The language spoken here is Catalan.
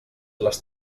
les